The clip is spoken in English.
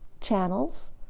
channels